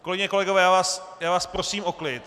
Kolegyně, kolegové, já vás prosím o klid.